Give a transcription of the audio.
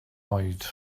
oed